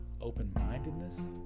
open-mindedness